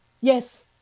Yes